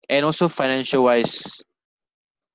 and also financial wise